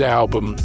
album